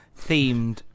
themed